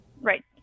right